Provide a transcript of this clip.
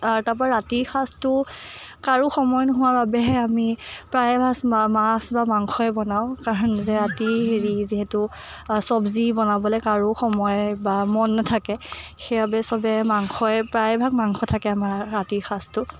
তাৰপৰা ৰাতিৰ সাজটো কাৰো সময় নোহোৱাৰ বাবেহে আমি প্ৰায়ভাগ মাছ বা মাংসয়ে বনাওঁ কাৰণ যে ৰাতি হেৰি যিহেতু আ চবজি বনাবলৈ কাৰো সময় বা মন নাথাকে সেইবাবে সবেই মাংসই প্ৰায়ভাগ মাংসই থাকে আমাৰ ৰাতিৰ সাজটোত